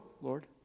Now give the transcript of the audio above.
Lord